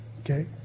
Okay